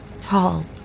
tall